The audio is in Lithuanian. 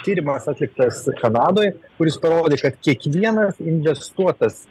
tyrimas atliktas kanadoj kuris parodė kad kiekvienas investuotas